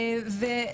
של הנגישות,